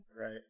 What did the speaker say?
Right